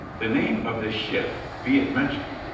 the name of this ship, be it mentioned,